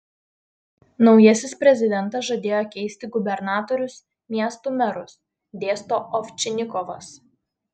naujasis prezidentas žadėjo keisti gubernatorius miestų merus dėsto ovčinikovas